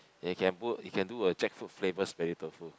you can put you can do a jackfruit flavour smelly tofu